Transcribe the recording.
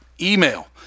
Email